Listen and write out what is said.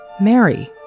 Mary